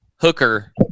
Hooker